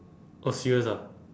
oh serious ah